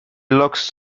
looks